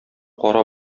кара